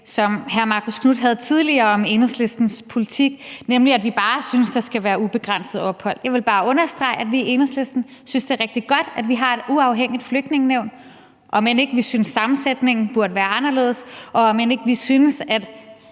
som hr. Marcus Knuth havde tidligere om Enhedslistens politik, nemlig at vi bare synes, at der skal være ubegrænset ophold. Jeg vil bare understrege, at vi i Enhedslisten synes, det er rigtig godt, at vi har et uafhængigt Flygtningenævn, om end vi synes, sammensætningen burde være anderledes, om end vi synes, at